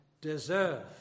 deserve